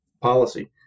policy